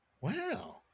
Wow